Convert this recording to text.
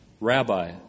Rabbi